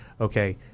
okay